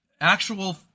actual